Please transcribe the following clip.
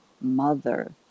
mother